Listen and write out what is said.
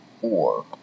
four